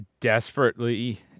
desperately